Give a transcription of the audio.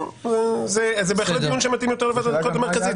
זה בהחלט דיון שמתאים יותר לוועדת הבחירות המרכזית.